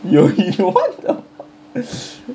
yo you what the fuck